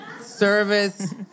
service